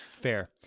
Fair